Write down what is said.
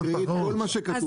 תקראי את כל מה שכתוב,